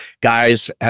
Guys